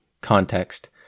context